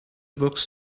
books